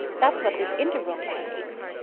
that's what this integral sign means.